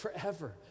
forever